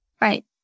Right